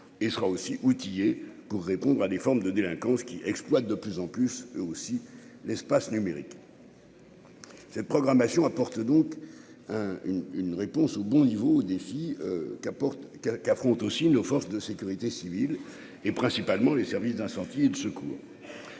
et sera aussi outillés. Pour répondre à des formes de délinquance qui exploitent de plus en plus eux aussi l'espace numérique. Cette programmation apporte donc un une une réponse au bon niveau défi qu'apporte quelque affronte aussi nos forces de sécurité civile. Et principalement les services d'incendie et de secours,